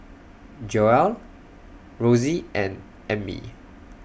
Joelle Rossie and Ammie